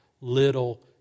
little